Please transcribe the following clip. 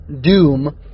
doom